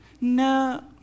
No